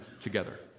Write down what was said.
together